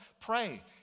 Pray